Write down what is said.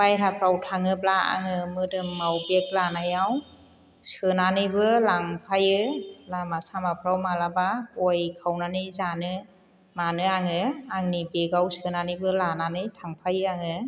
बायहेराफोराव थाङोब्ला आङो मोदोमाव बेग लानायाव सोनानैबो लांफायो लामा सामाफोराव माब्लाबा गय खावनानै जानो मानो आङो आंनि बेगाव सोनानैबो लानानै थांफायो आङो